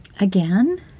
Again